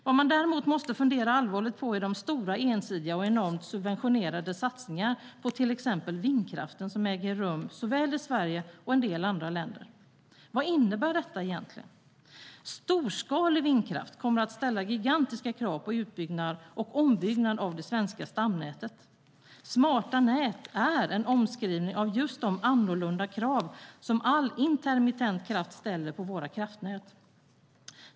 Vad man däremot måste fundera allvarligt på är de stora, ensidiga och enormt subventionerade satsningar på till exempel vindkraften som äger rum såväl i Sverige som i en del andra länder. Vad innebär detta egentligen? Storskalig vindkraft kommer att ställa gigantiska krav på utbyggnad och ombyggnad av det svenska stamnätet. "Smarta nät" är en omskrivning av just de annorlunda krav som all intermittent kraft ställer på våra kraftnät.